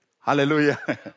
Hallelujah